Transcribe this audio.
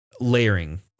layering